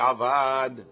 Avad